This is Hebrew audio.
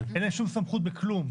אין להם שום סמכות בכלום.